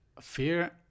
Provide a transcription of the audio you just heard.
fear